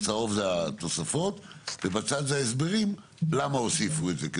הצהוב זה התוספות ובצד זה ההסברים למה הוסיפו את זה.